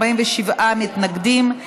מתנגדים,